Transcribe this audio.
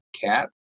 cat